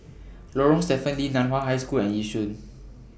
Lorong Stephen Lee NAN Hua High School and Yishun